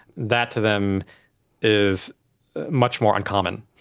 that to them is much more uncommon,